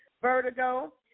vertigo